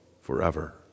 forever